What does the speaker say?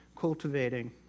cultivating